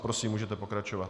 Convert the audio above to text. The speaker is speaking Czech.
Prosím, můžete pokračovat.